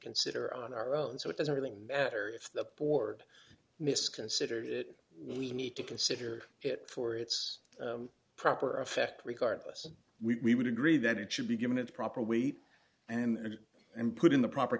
consider on our own so it doesn't really matter if the board miss consider that we need to consider it for its proper effect regardless we would agree that it should be given its proper weight and and put in the proper